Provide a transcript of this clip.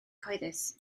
cyhoeddus